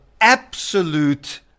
absolute